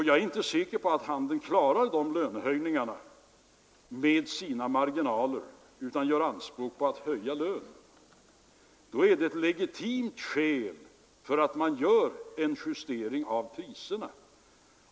Jag är inte säker på att handeln klarar de lönehöjningarna med sina marginaler utan gör anspråk på att höja priserna. Det är ett legitimt skäl att man gör en justering av priserna.